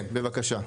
כן בבקשה?